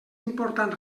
important